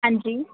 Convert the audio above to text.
ਹਾਂਜੀ